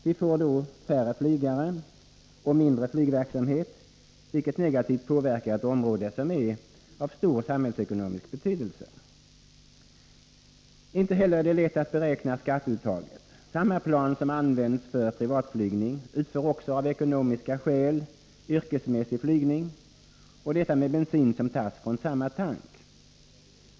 Vi får då färre flygare och mindre flygverksamhet, vilket negativt påverkar ett område som är av stor samhällsekonomisk betydelse. Inte heller är det lätt att beräkna skatteuttaget. Samma plan som används för privatflygning används av ekonomiska skäl också för yrkesmässig flygning, och detta med bensin som tas från samma tank.